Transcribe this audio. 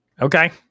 Okay